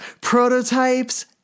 Prototypes